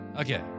Okay